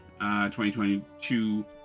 2022